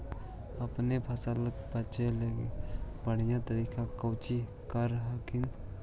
अपने फसलबा बचे ला बढ़िया तरीका कौची कर हखिन?